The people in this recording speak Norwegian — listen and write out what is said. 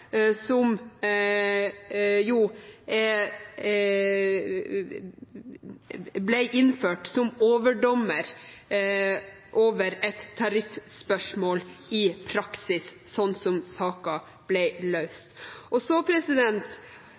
som i praksis ble innført som overdommer over et tariffspørsmål, sånn som saken ble løst. Havnearbeidernes fortrinnsrett til lossing og